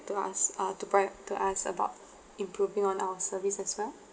to us uh to bri~to us about improving on our service as well